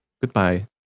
Goodbye